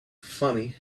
funny